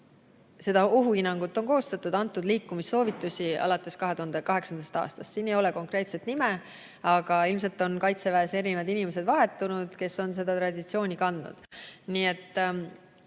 Sellist ohuhinnangut on koostatud ja antud seda liikumissoovitust alates 2008. aastast. Siin ei ole konkreetset nime, ilmselt on Kaitseväes need inimesed vahetunud, kes on seda traditsiooni kandnud. Nagu teie